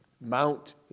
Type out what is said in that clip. Mount